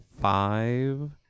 five